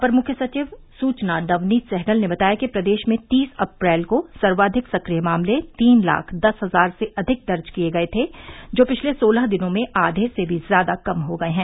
अपर मुख्य सचिव सूचना नवनीत सहगल ने बताया कि प्रदेश में तीस अप्रैल को सर्वाधिक सक्रिय मामले तीन लाख दस हजार से अधिक दर्ज किए गए थे जो पिछले सोलह दिनों में आये से भी ज्यादा कम हो गए हैं